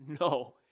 No